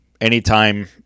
anytime